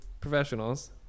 professionals